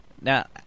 Now